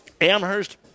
Amherst